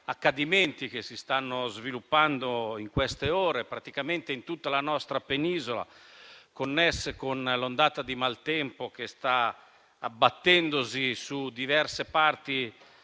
accadimenti che si stanno sviluppando in queste ore praticamente in tutta la nostra Penisola, connessi con l'ondata di maltempo che sta abbattendosi su diverse parti